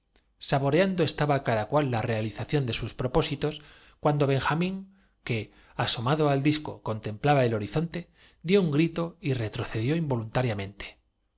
saboreando estaba cada cual la realización de sus pro pósitos cuando benjamín que asomado al disco'con templaba el horizonte dió un grito y retrocedió